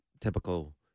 typical